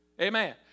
Amen